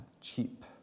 cheap